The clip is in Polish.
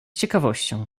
ciekawością